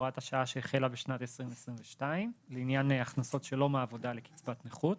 שהחלה בשנת 2022 לעניין הכנסות שלא מעבודה לקצבת נכות.